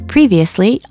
Previously